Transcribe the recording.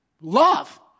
love